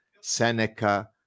Seneca